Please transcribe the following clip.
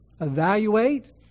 evaluate